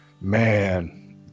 Man